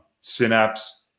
Synapse